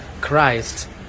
Christ